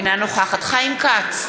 אינה נוכחת חיים כץ,